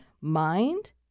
mind